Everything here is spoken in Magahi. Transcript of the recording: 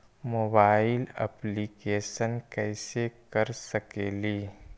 मोबाईल येपलीकेसन कैसे कर सकेली?